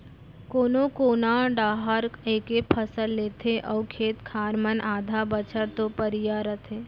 कोनो कोना डाहर एके फसल लेथे अउ खेत खार मन आधा बछर तो परिया रथें